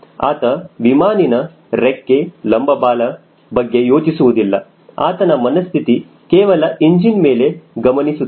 ಆತ ವಿಮಾನನ ರೆಕ್ಕೆ ಲಂಬ ಬಾಲ ಬಗ್ಗೆ ಯೋಚಿಸುವುದಿಲ್ಲ ಆತನ ಮನಸ್ಥಿತಿ ಕೇವಲ ಇಂಜಿನ್ ಮೇಲೆ ಗಮನಿಸುತ್ತದೆ